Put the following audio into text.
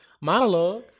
monologue